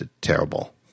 terrible